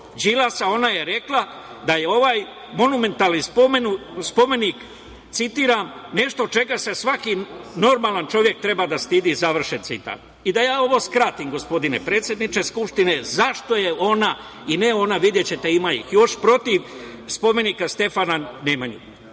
Đilasa, ona je rekla da je ovaj monumentalni spomenik, citiram: „Nešto čega se svaki normalan čovek treba da stidi“.I da ja ovo skratim, poštovani predsedniče Skupštine, zašto je ona i ne ona, videćete, ima ih još, protiv spomenika Stefana Nemanji?